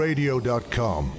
Radio.com